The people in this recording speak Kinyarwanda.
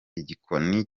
igikoni